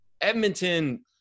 Edmonton